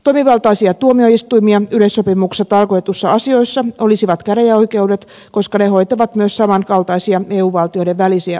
toimivaltaisia tuomioistuimia yleissopimuksessa tarkoitetuissa asioissa olisivat käräjäoikeudet koska ne hoitavat myös samankaltaisia eu valtioiden välisiä asioita